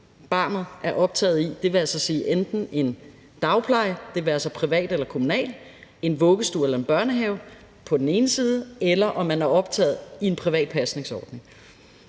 barnet er optaget i – det vil altså sige enten en dagpleje, det være sig privat eller kommunal, eller en vuggestue eller en børnehave, eller om man er optaget i en privat pasningsordning.